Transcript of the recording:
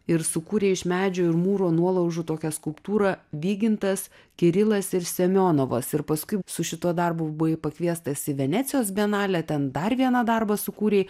ir sukūrei iš medžio ir mūro nuolaužų tokią skulptūrą vygintas kirilas ir semionovas ir paskui su šituo darbu buvai pakviestas į venecijos bienalę ten dar vieną darbą sukūrei